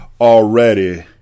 already